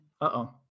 Uh-oh